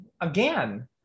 again